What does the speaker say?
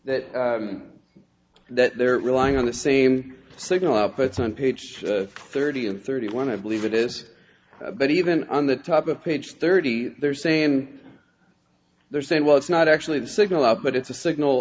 that that they are relying on the same signal up it's on page thirty and thirty one i believe it is but even on the top of page thirty they are saying they're saying well it's not actually the signal up but it's a signal